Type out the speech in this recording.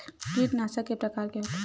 कीटनाशक के प्रकार के होथे?